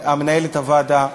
מנהלת הוועדה,